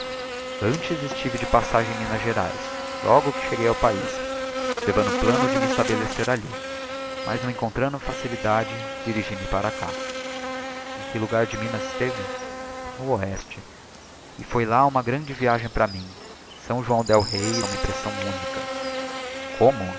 antes estive de passagem em ilinas geraes logo que cheguei ao paiz levando o plano de me estabelecer alli mas não encontrando facilidade dirigi-me para cá em que logar de minas esteve no oeste e foi uma grande viagem para mim s joão d'el-rei é uma impressão única como